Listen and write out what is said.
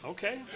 Okay